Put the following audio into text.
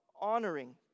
honoring